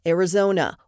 Arizona